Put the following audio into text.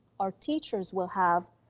our teachers will have